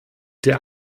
der